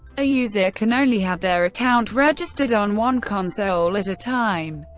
a user can only have their account registered on one console at a time,